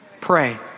pray